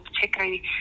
particularly